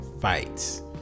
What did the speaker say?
fights